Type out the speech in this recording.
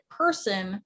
person